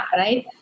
right